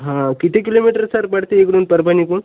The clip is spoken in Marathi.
हां किती किलोमीटर सर पडते इकडून परभणीकडून